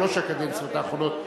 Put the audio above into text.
שלוש הקדנציות האחרונות,